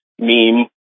meme